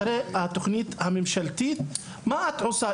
אחרי התוכנית הממשלתית, מה את עושה?